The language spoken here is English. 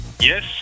Yes